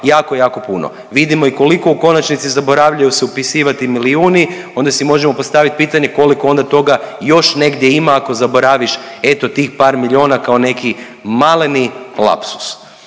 jako, jako puno. Vidimo i koliko u konačnici zaboravljaju se upisivati milijuni, onda si možemo postaviti pitanje koliko onda toga još negdje ima ako zaboraviš eto tih par milijuna kao neki maleni lapsus.